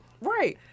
right